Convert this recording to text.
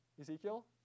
Ezekiel